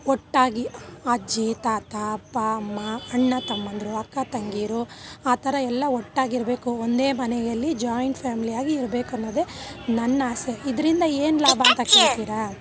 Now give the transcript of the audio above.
ಒಟ್ಟಾಗಿ ಅಜ್ಜಿ ತಾತ ಅಪ್ಪ ಅಮ್ಮ ಅಣ್ಣ ತಮ್ಮಂದ್ರು ಅಕ್ಕ ತಂಗೀರು ಆ ಥರ ಎಲ್ಲ ಒಟ್ಟಾಗಿರ್ಬೇಕು ಒಂದೇ ಮನೆಯಲ್ಲಿ ಜಾಯಿಂಟ್ ಫ್ಯಾಮಿಲಿಯಾಗಿ ಇರಬೇಕು ಅನ್ನೋದೇ ನನ್ನಾಸೆ ಇದರಿಂದ ಏನು ಲಾಭ ಅಂತೆ ಕೇಳ್ತೀರಾ